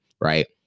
right